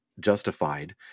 justified